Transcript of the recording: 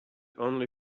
only